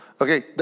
Okay